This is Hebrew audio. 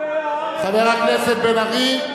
מחריבי הארץ, חבר הכנסת בן-ארי.